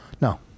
No